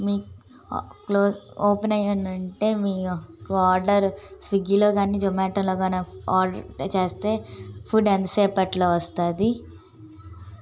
మీ close open అయ్యిందంటే మీ యొక్క ఆర్డర్ స్విగ్గీలో కానీ జొమాటోలో కానీ ఆర్డర్ చేస్తే ఫుడ్ ఎంతసేపట్లో వస్తుంది